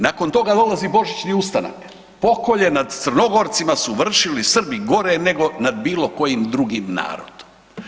Nakon toga dolazi božićni ustanak, pokolj nad Crnogorcima su vršili Srbi, gore nego na bilokojim drugim narodom.